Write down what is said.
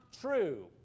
true